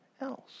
else